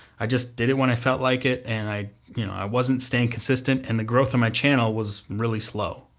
i just did it when i felt like, and i, you know, i wasn't staying consistent, and the growth of my channel was really slow,